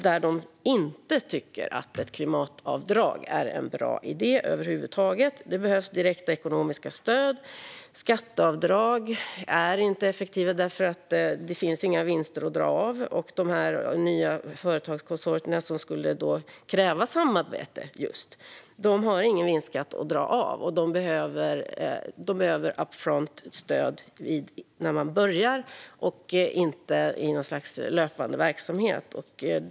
De tycker inte att ett klimatavdrag är en bra idé över huvud taget. De tycker att det behövs direkta ekonomiska stöd och att skatteavdrag inte är effektiva därför att det inte finns några vinster att dra av. De nya företagskonsortier som skulle kräva samarbete har ingen vinstskatt att dra av. De behöver "upfront-stöd" när de börjar och inte i något slags löpande verksamhet.